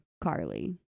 Carly